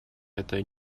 это